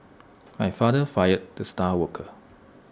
my father fired the star worker